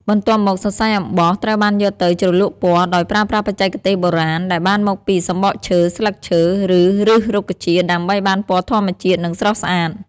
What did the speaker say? បន្ទាប់មក សរសៃអំបោះត្រូវបានយកទៅ ជ្រលក់ពណ៌ ដោយប្រើប្រាស់បច្ចេកទេសបុរាណដែលបានមកពីសំបកឈើ ស្លឹកឈើ ឬឫសរុក្ខជាតិ ដើម្បីបានពណ៌ធម្មជាតិ និងស្រស់ស្អាត។